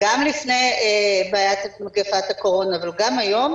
גם לפני תקופת הקורונה אבל גם היום,